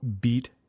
beat